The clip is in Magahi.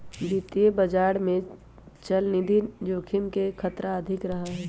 वित्तीय बाजार में चलनिधि जोखिम के खतरा अधिक रहा हई